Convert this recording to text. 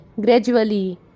Gradually